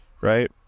right